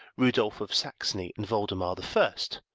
rudolph of saxony and voldemar the first,